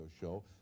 show